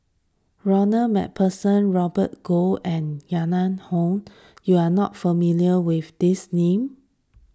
Ronald MacPherson Robert Goh and Yahya Cohen you are not familiar with these names